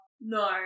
No